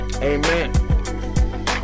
Amen